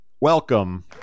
welcome